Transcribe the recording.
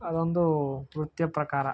ಅದೊಂದು ನೃತ್ಯ ಪ್ರಕಾರ